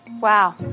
Wow